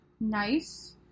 nice